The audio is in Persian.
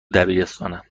دبیرستانه